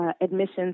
admissions